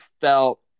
felt